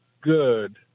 good